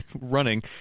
running